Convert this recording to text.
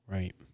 Right